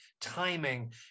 timing